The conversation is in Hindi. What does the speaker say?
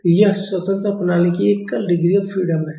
तो यह स्वतंत्रता प्रणाली की एकल डिग्री ऑफ फ्रीडम है